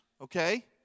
okay